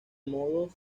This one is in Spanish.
modos